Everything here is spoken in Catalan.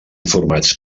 formats